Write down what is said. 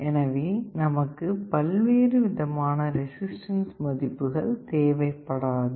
எனவே நமக்கு பல்வேறுவிதமான ரெசிஸ்டன்ஸ் மதிப்புகள் தேவைப்படாது